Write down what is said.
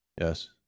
Yes